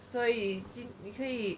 所以你可以